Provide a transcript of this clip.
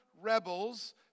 rebels